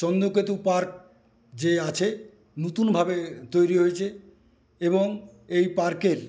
Chandraketu park যে আছে নতুনভাবে তৈরি হয়েছে এবং এই পার্কের